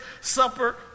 supper